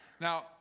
Now